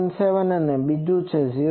217 બીજું 0